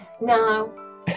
No